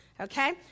okay